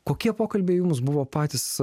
kokie pokalbiai jums buvo patys